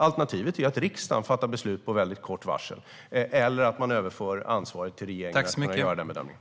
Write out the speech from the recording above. Alternativet är att riksdagen fattar beslut med väldigt kort varsel eller att man överför ansvaret till regeringen att göra den bedömningen.